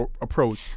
approach